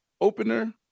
opener